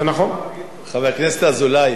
חבר הכנסת אזולאי, פועל יוצא,